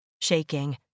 Shaking